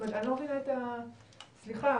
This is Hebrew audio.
סליחה,